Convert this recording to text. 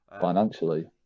financially